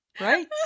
Right